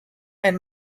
and